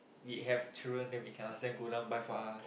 we have children then we can ask them go down buy for us